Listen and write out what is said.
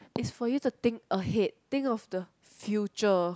is for you to think ahead think of the future